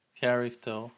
character